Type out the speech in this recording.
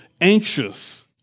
anxious